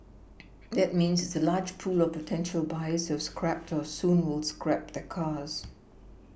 that means there is a large pool of potential buyers have scrapped or will soon scrap their cars